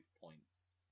points